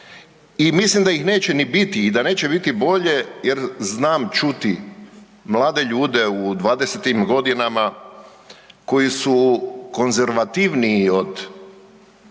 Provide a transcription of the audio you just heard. i mislim da ih neće ni biti …… i da neće biti bolje jer znam čuti mlade ljude u dvadesetim godinama koji su konzervativniji od